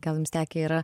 gal jums tekę yra